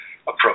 approach